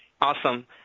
Awesome